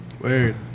Weird